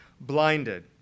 blinded